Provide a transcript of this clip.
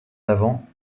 d’avant